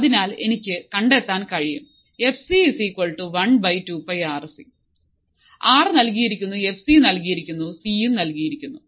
അതിനാൽ എനിക്ക് കണ്ടെത്താൻ കഴിയും fc 1 2 πRC ആർ നൽകിയിരിക്കുന്നു എഫ് സി നൽകിയിരിക്കുന്നു സി നൽകിയിരിക്കുന്നു